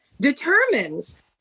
determines